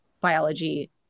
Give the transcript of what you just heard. biology